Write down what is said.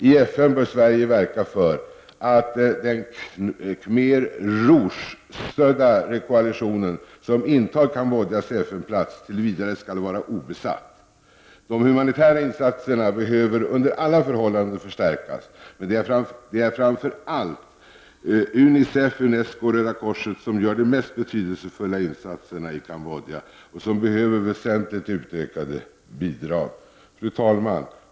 I FN bör Sverige verka för att Cambodjas FN-plats tills vidare skall vara obesatt. Den intas för närvarande av den Khmer Rouge-stödda koalitionen. De humanitära insatserna behöver under alla förhållanden förstärkas, men det är framför allt UNICEF, UNESCO och Röda korset som gör de mest betydelsefulla insatserna i Cambodja och som behöver väsentligt utökade bidrag. Fru talman!